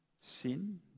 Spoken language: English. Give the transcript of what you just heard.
sin